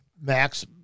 max